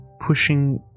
Pushing